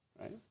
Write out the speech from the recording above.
right